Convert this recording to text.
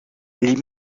les